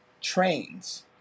trains